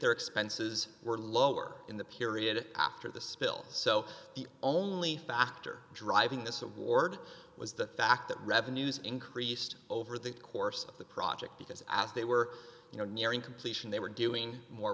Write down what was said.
their expenses were lower in the period after the spill so the only factor driving this award was the fact that revenues increased over the course of the project because as they were nearing completion they were doing more